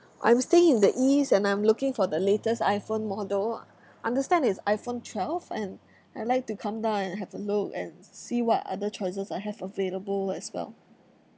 I'm staying in the east and I'm looking for the latest iphone model ah understand is iphone twelve and I'd like to come down and have a look and see what other choices I have available as well